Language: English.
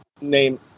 name